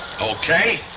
Okay